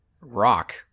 rock